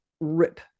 rip